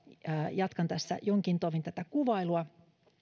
jatkan tässä jonkin tovin tätä kuvailua